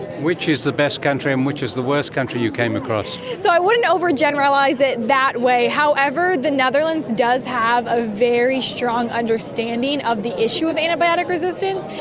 which is the best country and which was the worst country you came across? so i wouldn't overgeneralise it that way. however, the netherlands does have a very strong understanding of the issue of antibiotic resistance,